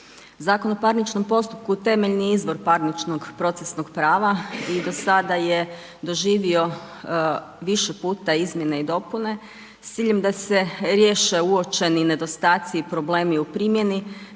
Zakon o parničnom postupku, temeljni je izbor parničnog procesnog prava i do sada je doživio više puta izmjene i dopune, s ciljem da se riješe uočeni nedostaci i problemi u primjeni,